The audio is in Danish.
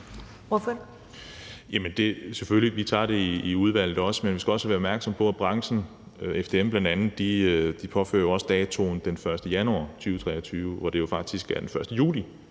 selvfølgelig også op i udvalget, men vi skal også være opmærksomme på, at branchen, bl.a. FDM, jo påfører datoen den 1. januar 2023, hvor det faktisk er den 1. juli